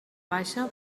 baixa